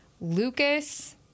Lucas